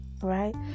right